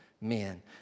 men